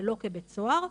ולא כבית סוהר,